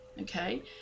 okay